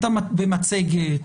במצגת,